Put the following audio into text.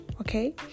Okay